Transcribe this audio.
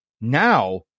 now